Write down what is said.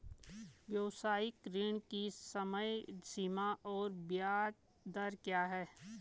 व्यावसायिक ऋण की समय सीमा और ब्याज दर क्या है?